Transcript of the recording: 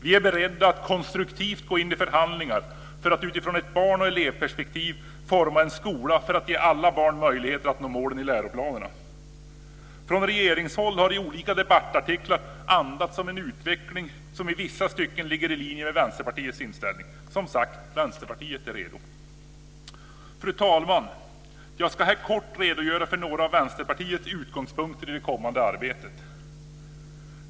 Vi är beredda att konstruktivt gå in i förhandlingar för att utifrån ett barn och elevperspektiv forma en skola för att ge alla barn möjligheter att nå målen i läroplanerna. Från regeringshåll har i olika debattartiklar andats om en utveckling som i vissa stycken ligger i linje med Vänsterpartiets inställning. Som sagt, Vänsterpartiet är redo. Fru talman! Jag ska här kort redogöra för några av Vänsterpartiets utgångspunkter i det kommande arbetet.